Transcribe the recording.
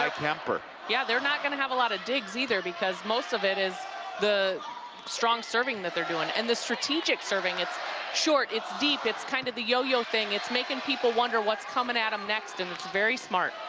ah yeah they're not going to have a lot of digs either because most of it is the strong serving thatthey're doing. and the strategic serving. it's short, it's deep, it's kindof kind of the yo-yo thing. it's making people wonder what's coming at them um next and it's very smart.